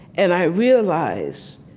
and i realized,